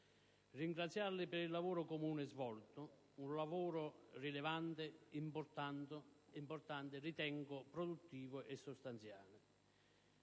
sul lavoro per il lavoro comune svolto: un lavoro rilevante, importante, produttivo e sostanziale.